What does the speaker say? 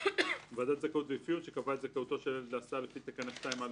"וועדת זכאות ואפיון שקבעה את זכאותו של ילד להסעה לפי תקנה 2(א)(1),